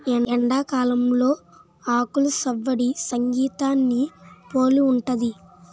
ఎండాకాలంలో ఆకులు సవ్వడి సంగీతాన్ని పోలి ఉంటది